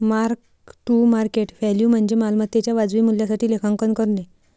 mark to market value म्हणजे मालमत्तेच्या वाजवी मूल्यासाठी लेखांकन करणे